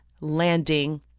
landing